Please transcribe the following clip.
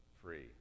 free